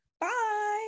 bye